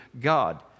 God